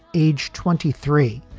age twenty three,